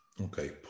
Okay